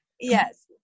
Yes